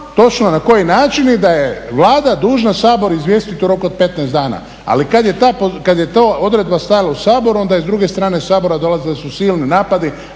točno na koji način i da je Vlada dužna Sabor izvijestiti u roku od 15 dana. ali kada je ta odredba stajala u Saboru onda je s druge strane Sabor dolazili su silni napadi